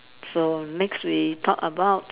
so next we talk about